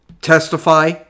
testify